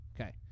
Okay